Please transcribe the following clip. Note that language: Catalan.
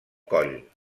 coll